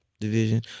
division